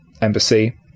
embassy